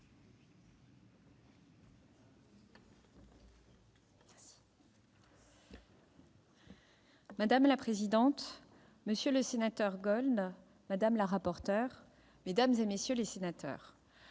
Madame la présidente, monsieur le sénateur Éric Gold, madame la rapporteur, mesdames, messieurs les sénateurs,